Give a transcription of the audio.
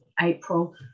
April